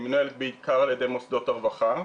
היא מנוהלת בעיקר על ידי מוסדות הרווחה.